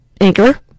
Anchor